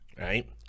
right